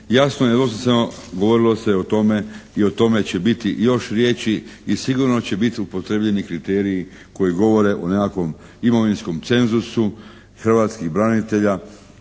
jasno i nedvosmisleno govorilo se o tome i o tome će biti još riječi i sigurno će biti upotrijebljeni kriteriji koji govore o nekakvom imovinskom cenzusu hrvatskih branitelja